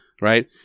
Right